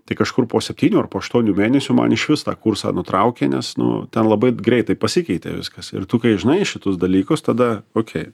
tik kažkur po septynių ar po aštuonių mėnesių man išvis tą kursą nutraukė nes nu ten labai greitai pasikeitė viskas ir tu kai žinai šitus dalykus tada okiai